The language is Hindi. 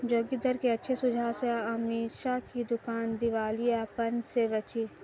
जोगिंदर के अच्छे सुझाव से अमीषा की दुकान दिवालियापन से बची